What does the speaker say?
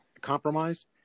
compromised